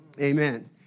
amen